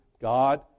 God